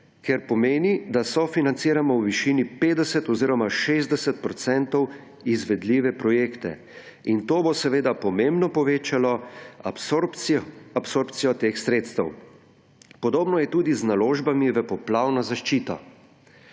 kar pomeni, da sofinanciramo v višini 50 oziroma 60 % izvedljive projekte in to bo seveda pomembno povečalo absorpcijo teh sredstev. Podobno je tudi z naložbami v poplavno zaščito.